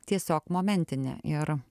tiesiog momentinė ir